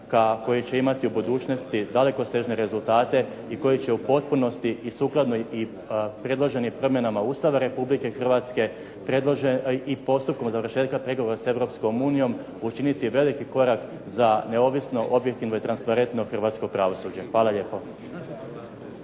koji će imati u budućnosti dalekosežne rezultate i koji će u potpunosti i sukladno i predloženim promjenama Ustava Republike Hrvatske i postupkom završetka pregovora s Europskom unijom učiniti veliki korak za neovisno, objektivno i transparentno hrvatsko pravosuđe. Hvala lijepo.